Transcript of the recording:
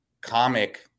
comic